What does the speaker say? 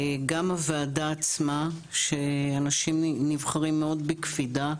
גם הוועדה עצמה שאנשים נבחרים מאוד בקפידה,